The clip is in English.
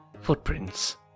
Footprints